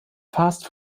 fast